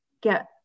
get